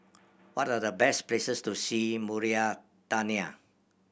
what are the best places to see in Mauritania